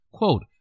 Quote